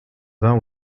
vin